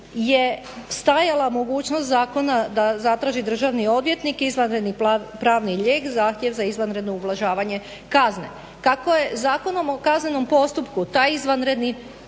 je stajala mogućnost zakona da zatraži državni odvjetnik izvanredni pravni lijek, zahtjev za izvanredno ublažavanje kazne. Kako je Zakonom o kaznenom postupku taj izvanredni